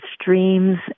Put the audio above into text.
streams